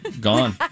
Gone